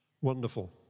Wonderful